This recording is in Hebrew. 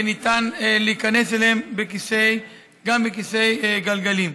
ואפשר להיכנס אליהן גם בכיסא גלגלים.